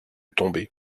tomber